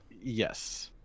Yes